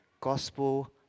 gospel